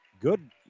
Good